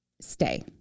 stay